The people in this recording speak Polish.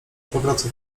powraca